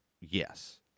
Yes